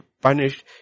punished